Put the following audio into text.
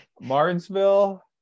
martinsville